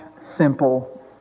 simple